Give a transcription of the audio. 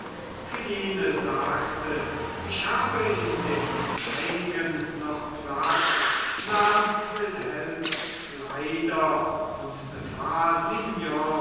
philine sagte ich habe in dem meinigen noch platz nahm wilhelms kleider und befahl mignon